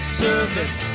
service